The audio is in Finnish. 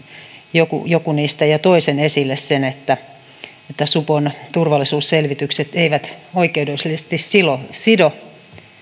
joku joku jo toi esille sen että nämä supon turvallisuusselvitykset eivät oikeudellisesti sido